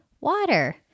water